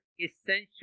essential